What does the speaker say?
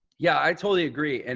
yeah, i totally agree. and